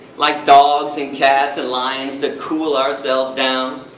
like dogs and cats and lions to cool ourselves down.